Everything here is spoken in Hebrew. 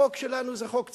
החוק שלנו הוא חוק צנוע.